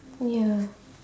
ya